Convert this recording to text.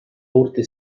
urte